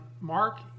mark